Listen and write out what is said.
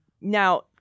now